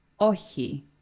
ohi